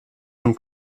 zum